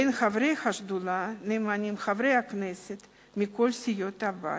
עם חברי השדולה נמנים חברי כנסת מכל סיעות הבית,